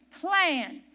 plan